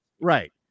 right